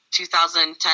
2010